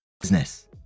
Business